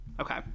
Okay